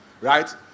right